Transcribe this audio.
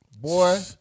boy